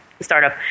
startup